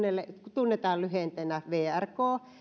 tunnetaan lyhenteenä vrk